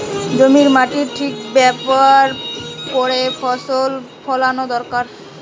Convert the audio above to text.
জমির মাটির ঠিক ব্যাভার কোরে ফসল ফোলানো দোরকার